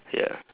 ya